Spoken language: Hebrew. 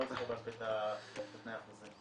אני לא זוכר בעל פה את תנאי החוזה.